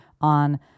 on